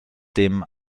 dem